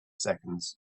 seconds